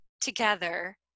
together